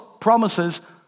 promises